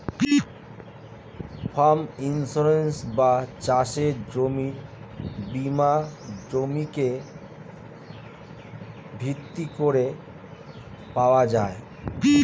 farm insurance বা চাষের জমির বীমা জমিকে ভিত্তি করে পাওয়া যায়